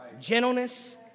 gentleness